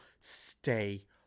Stay